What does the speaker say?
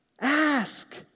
ask